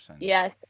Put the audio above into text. yes